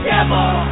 Devil